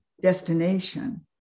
destination